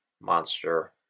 monster